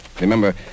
Remember